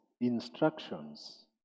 instructions